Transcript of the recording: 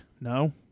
No